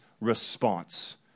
response